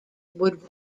would